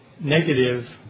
negative